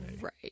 Right